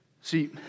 See